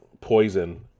poison